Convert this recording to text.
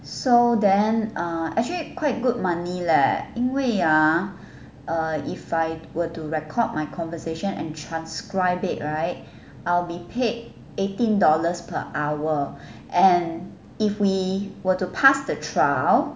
so then uh actually quite good money leh 因为 ah if I were to record my conversation and transcribe it right I'll be paid eighteen dollars per hour and if we were to pass the trial